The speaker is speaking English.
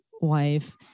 wife